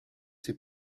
ses